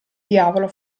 diavolo